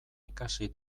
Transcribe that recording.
ikasi